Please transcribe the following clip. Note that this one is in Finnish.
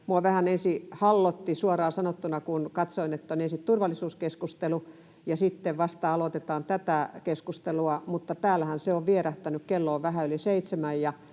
suoraan sanottuna, kun katsoin, että on ensin turvallisuuskeskustelu ja sitten vasta aloitetaan tätä keskustelua, mutta täällähän se on vierähtänyt, kello on vähän yli seitsemän,